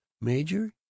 major